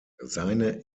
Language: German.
seine